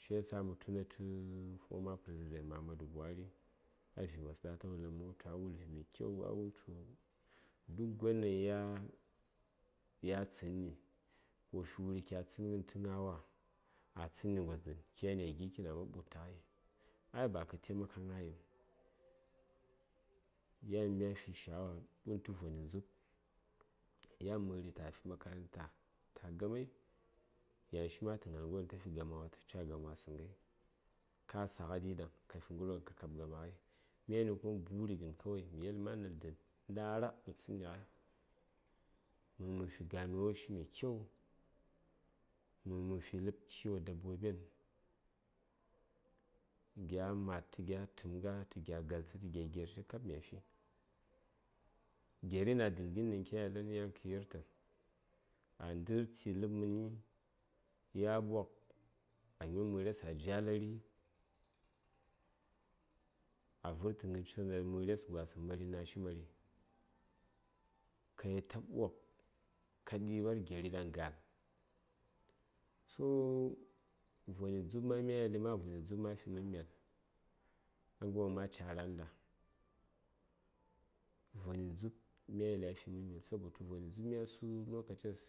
shiyasa mə tuna tə former president muhammadu buhari avi: wos ɗaŋ ata wul ghən mə wultu a wul vi: mai kyau a wultu duk gon ɗaŋ ya ya tsənni wo fi wuri kya tsənghən tə gna wa a tsənni gos dən kyani a gi: kitn a ɓu:dtə ghai ai ba kə taimaka gnayiŋ, yan ya fi shaawa du:n tə voni dzub yan məri tafi makaranta ta gamai yaŋshi ma tə gnal ghanwon ɗan ta fi gamawasəŋ mən ta ca gamawasəŋ ghai ka saghaɗi ɗaŋ ka fi gharwon ɗaŋ ka kab gamawa ghai myani kawai buri ghən mə yel ma nal dən ndara mə tsənni ghai mə fi ganuwashi mai kyau mə fi ləb kiwo dabboben gya mad tə gya təmgha tə gya galtsə tə gya gershi kab yanshi geri na: dənən ɗaŋ gin ɗan kya yelən yan kə yirtə a ndərtə ləb məni ya ɓwa a nyom məres a jalari a vərtə ghən cighən nashi mari gna məres mari kayel ta ɓwa ka ɗiɓar geri ɗan ga:l so voni dzub ma mya yel voni dzub a fimən mel nə ghəryo ɗaŋ ma ca ra:n ɗa voni dzub mya yeli a fimən mel sabotu voni dzub mya su lokaces